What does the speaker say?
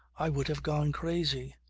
i would have gone crazy.